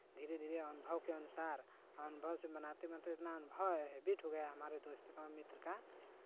धीरे धीरे अनुभव के अनुसार अनुभव से बनाते बनते इतना अनुभव हैबिट हो गया हमारे दोस्त को मित्र का